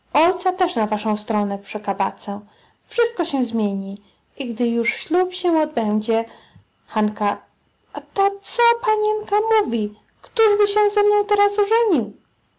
też na waszą stronę przekabacę wszystko się zmieni i gdy już ślub się odbędzie ta co panienka mówi któżby się ze mną teraz